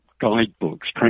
guidebooks